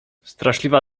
straszliwa